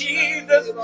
Jesus